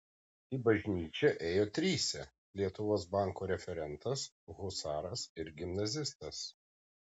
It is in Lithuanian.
į bažnyčią ėjo trise lietuvos banko referentas husaras ir gimnazistas